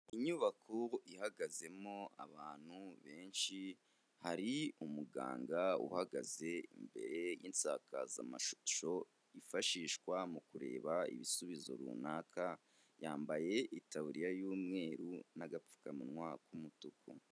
Inyubako ihagazemo abantu benshi, hari umuganga uhagaze imbere y'insakazamashusho, yifashishwa mu kureba ibisubizo runaka, yambaye itaburiya y'umweru n'agapfukamunwa k'umutuku.